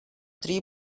three